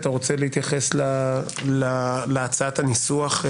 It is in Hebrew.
אתה רוצה להתייחס להצעת הניסוח,